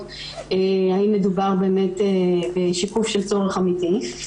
האם מדובר באמת בשיקוף של צורך אמיתי.